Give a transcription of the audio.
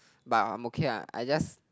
but I I'm okay ah I just